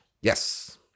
Yes